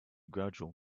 gradual